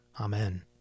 Amen